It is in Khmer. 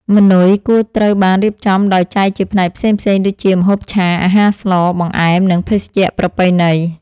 ម៉ឺនុយគួរត្រូវបានរៀបចំដោយចែកជាផ្នែកផ្សេងៗដូចជាម្ហូបឆា អាហារស្ល បង្អែម និងភេសជ្ជៈប្រពៃណី។